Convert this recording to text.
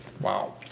Wow